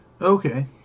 Okay